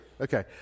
Okay